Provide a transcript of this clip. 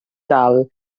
dal